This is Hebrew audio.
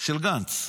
של גנץ.